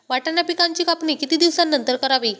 वाटाणा पिकांची कापणी किती दिवसानंतर करावी?